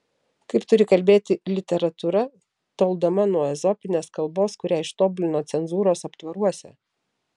kaip turi kalbėti literatūra toldama nuo ezopinės kalbos kurią ištobulino cenzūros aptvaruose